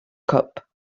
cup